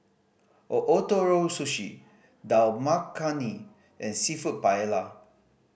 Ootoro Sushi Dal Makhani and Seafood Paella